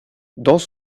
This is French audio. dans